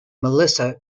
melissa